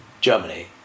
Germany